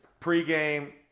pregame